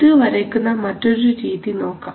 ഇത് വരയ്ക്കുന്ന മറ്റൊരു രീതി നോക്കാം